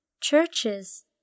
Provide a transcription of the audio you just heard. churches